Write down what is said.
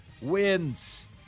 wins